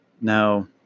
Now